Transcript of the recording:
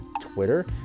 Twitter